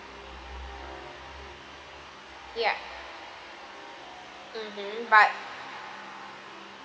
ya mmhmm but